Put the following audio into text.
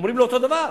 אומרים לו אותו הדבר.